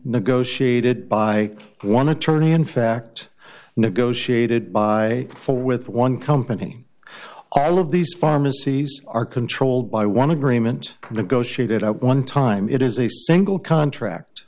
negotiated by one attorney in fact negotiated by for with one company all of these pharmacies are controlled by one agreement negotiated at one time it is a single contract